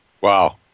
Wow